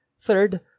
Third